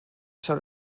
són